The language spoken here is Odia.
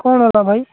କ'ଣ ହେଲା ଭାଇ